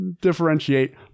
Differentiate